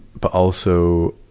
but also,